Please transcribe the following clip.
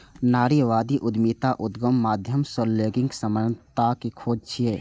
नारीवादी उद्यमिता उद्यमक माध्यम सं लैंगिक समानताक खोज छियै